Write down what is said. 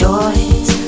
Joys